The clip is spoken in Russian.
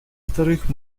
вторых